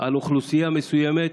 על אוכלוסייה מסוימת.